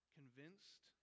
convinced